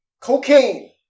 cocaine